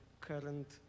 current